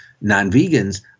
non-vegans